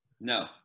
No